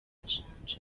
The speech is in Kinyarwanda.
amajanja